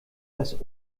das